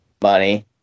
money